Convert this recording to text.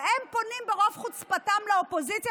והם פונים ברוב חוצפתם לאופוזיציה